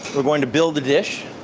we're going to build the dish,